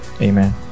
amen